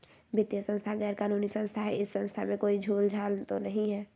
वित्तीय संस्था गैर कानूनी संस्था है इस संस्था में कोई झोलझाल तो नहीं है?